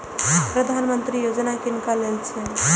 प्रधानमंत्री यौजना किनका लेल छिए?